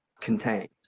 contained